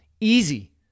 easy